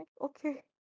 okay